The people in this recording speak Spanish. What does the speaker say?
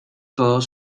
todos